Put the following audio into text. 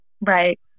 Right